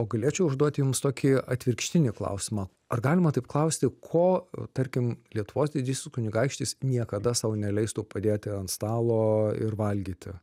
o galėčiau užduoti jums tokį atvirkštinį klausimą ar galima taip klausti ko tarkim lietuvos didysis kunigaikštis niekada sau neleistų padėti ant stalo ir valgyti